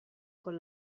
con